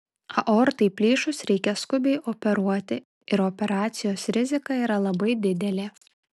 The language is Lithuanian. aortai plyšus reikia skubiai operuoti ir operacijos rizika yra labai didelė